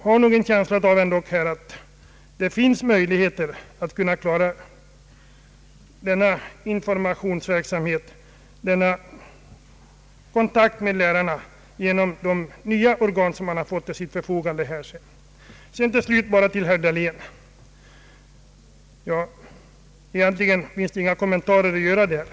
Genom dessa organ finns det möjligheter att klara denna informationsverksamhet, denna kontakt med lärarna, som vi alla är ense om behövs. Egentligen finns det ingen kommentar att göra till herr Dahléns anförande. Jag vill bara säga att uttalanden av den typ herr Dahlén gjorde främjar varken skolan eller samarbetet i skolan.